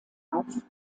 auf